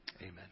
Amen